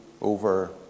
over